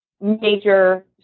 major